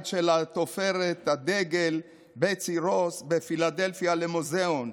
של תופרת הדגל בטסי רוס בפילדלפיה למוזיאון.